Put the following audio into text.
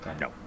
No